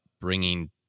bringing